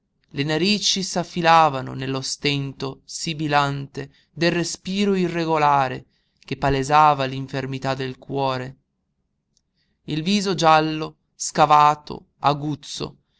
le narici s'affilavano nello stento sibilante del respiro irregolare che palesava l'infermità del cuore il viso giallo scavato aguzzo